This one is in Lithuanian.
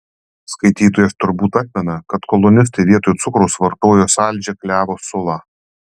skaitytojas turbūt atmena kad kolonistai vietoj cukraus vartojo saldžią klevo sulą